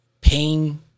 pain